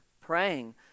praying